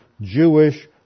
Jewish